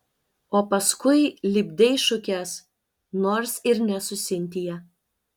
o paskui lipdei šukes nors ir ne su sintija